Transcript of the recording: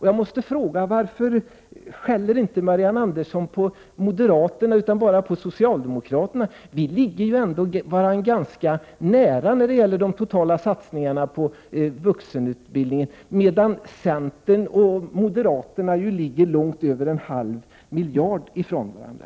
Jag måste fråga: Varför skäller inte Marianne Andersson på moderaterna, utan bara på socialdemokraterna? Vi ligger ju ändå varandra ganska nära när det gäller de totala satsningarna på vuxenutbildningen, medan centern och Prot. 1988/89:104 moderaterna ligger långt över en halv miljard från varandra.